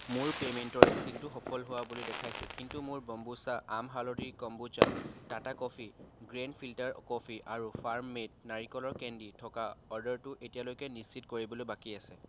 মোৰ পে'মেণ্টৰ স্থিতিটো সফল হোৱা বুলি দেখুৱাইছে কিন্তু মোৰ বম্বুচা আম হালধিৰ kombucha Tata coffee grand filter coffee আৰু ফাৰ্ম মেড নাৰিকলৰ কেণ্ডি থকা অৰ্ডাৰটো এতিয়ালৈকে নিশ্চিত কৰিবলৈ বাকী আছে